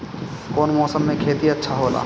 कौन मौसम मे खेती अच्छा होला?